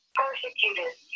persecuted